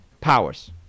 powers